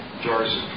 Jars